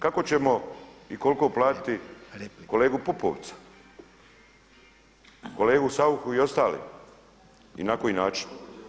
Kako ćemo i koliko platiti kolegu Pupovca, kolegu Sauchu i ostale i na koji način?